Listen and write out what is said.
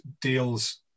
deals